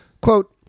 quote